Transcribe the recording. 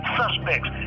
suspects